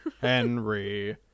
Henry